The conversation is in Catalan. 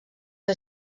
que